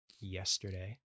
yesterday